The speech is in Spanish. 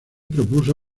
propuso